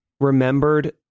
remembered